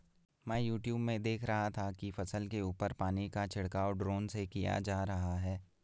मैं यूट्यूब में देख रहा था कि फसल के ऊपर पानी का छिड़काव ड्रोन से किया जा रहा है